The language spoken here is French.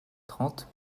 trente